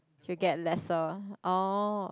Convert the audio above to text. she'll get lesser orh